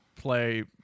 play